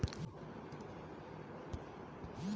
grape fruit হতিছে গটে ধরণের ছোট ফল যাকে জাম্বুরা বলতিছে